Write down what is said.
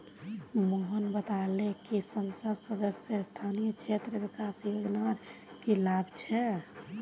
मोहन बताले कि संसद सदस्य स्थानीय क्षेत्र विकास योजनार की लाभ छेक